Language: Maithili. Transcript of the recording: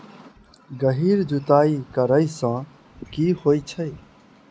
गहिर जुताई करैय सँ की होइ छै?